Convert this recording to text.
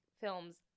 films